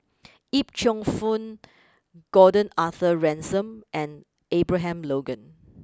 Yip Cheong fun Gordon Arthur Ransome and Abraham Logan